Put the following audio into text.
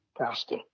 Pastor